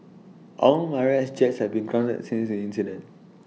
all Mirage jets have been grounded since the incident